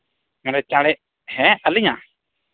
ᱚᱸᱰᱮ ᱪᱟᱬᱮ ᱦᱮᱸ ᱟᱹᱞᱤᱧᱟᱹᱜ